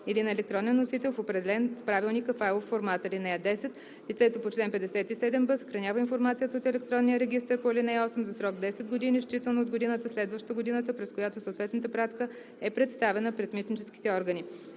или на електронен носител в определен в правилника файлов формат. (10) Лицето по чл. 57б съхранява информацията от електронния регистър по ал. 8 за срок 10 години считано от годината, следваща годината, през която съответната пратка е представена пред митническите органи.